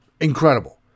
incredible